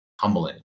humbling